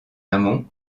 amont